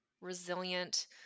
resilient